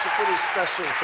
special